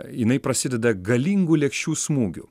jinai prasideda galingu lėkščių smūgiu